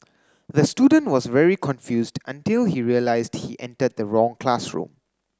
the student was very confused until he realised he entered the wrong classroom